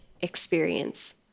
experience